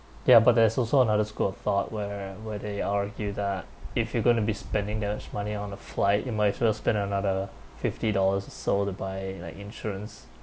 ya but there's also another school of thought where where they argue that if you're going to be spending that much money on a flight you might as well spend another fifty dollars or so to buy like insurance